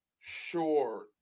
sure